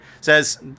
says